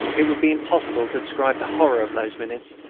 it would be impossible to describe the horror of those minutes.